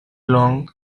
long